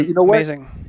amazing